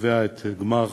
שקובע את גמר